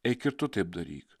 eik ir tu taip daryk